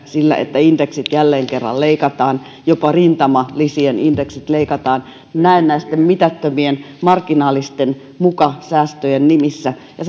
sillä että indeksit jälleen kerran leikataan jopa rintamalisien indeksit leikataan näennäisten mitättömien marginaalisten mukasäästöjen nimissä ja